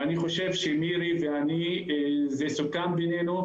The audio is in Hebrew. מירי ואני וזה סוכם בינינו,